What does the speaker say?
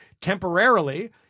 temporarily –